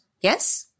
Yes